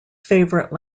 favorite